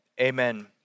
amen